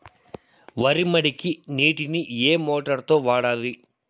వరి మడికి నీటిని ఏ మోటారు తో వాడాలి?